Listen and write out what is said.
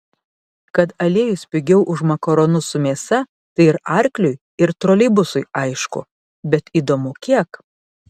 kad aliejus pigiau už makaronus su mėsa tai ir arkliui ir troleibusui aišku bet įdomu kiek